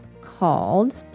called